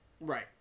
right